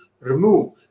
remove